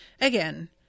again